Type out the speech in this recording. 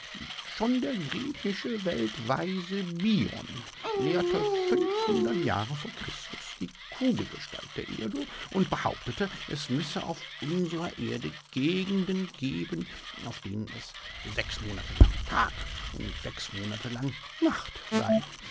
schon der griechische weltweise bion lehrte jahre vor christus die kugelgestalt der erde und behauptete es müsse auf unsrer erde gegenden geben auf denen es sechs monate lang tag und sechs monate nacht sei